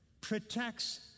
protects